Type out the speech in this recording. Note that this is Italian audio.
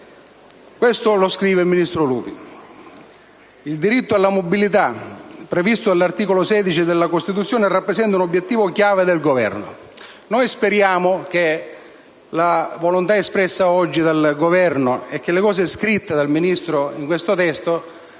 a pagina 44 afferma: «Il "diritto alla mobilità", previsto all'articolo 16 della Costituzione, rappresenta un obiettivo chiave del Governo». Noi speriamo che la volontà espressa oggi dal Governo e quanto scritto dal Ministro in questo testo